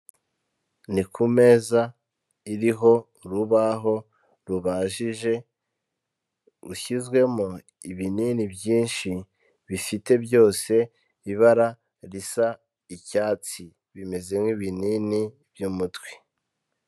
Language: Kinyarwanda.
Ni ku meza iriho urubaho rubajije ushyizwemo ibinini byinshi bifite byose ibara risa icyatsi, bimeze nk'ibinini by'umutwe.